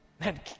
Man